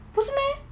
不是 meh